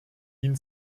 ihn